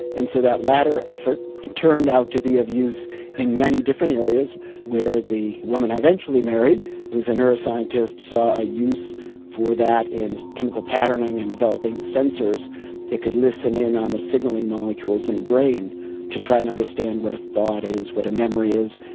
and so that latter effort turned out to be of use in many different areas where the woman i eventually married who is a neuroscientist saw a use for that in chemical patterning and developing sensors that could listen in on the signalling molecules in the brain to try and understand what a thought is, what a memory is,